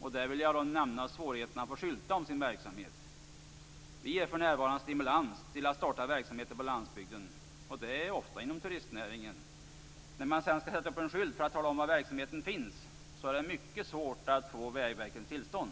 och då vill jag nämna svårigheterna med att få skylta om sin verksamhet. Vi ger för närvarande stimulans till att starta verksamheter på landsbygden och ofta inom turistnäringen. Men när man sedan skall sätta upp en skylt för att tala om var verksamheten är belägen är det mycket svårt att få Vägverkets tillstånd.